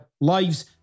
lives